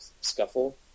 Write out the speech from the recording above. scuffle